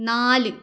നാല്